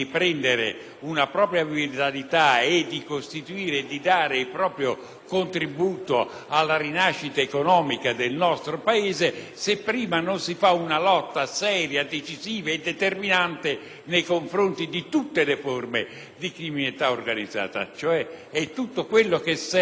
contributo alla rinascita economica del nostro Paese se prima non si intraprende una lotta seria, decisiva e determinante nei confronti di tutte le forme di criminalità organizzata. Ben venga quindi tutto ciò che serve alla lotta alla criminalità organizzata. E noi siamo felici